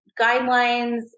guidelines